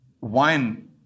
wine